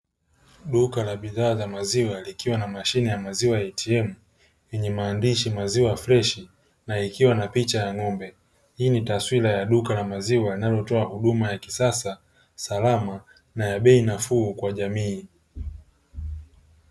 Duka la bidhaa za maziwa likiwa na mashine ya maziwa "ATM" lenye maandishi maziwa freshi na ikiwa na picha ya ng'ombe; hii ni taswira ya duka la maziwa linalotoa huduma ya kisasa, salama na ya bei nafuu kwa jamii.